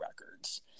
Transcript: records